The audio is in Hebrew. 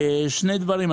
שני דברים.